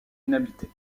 inhabitée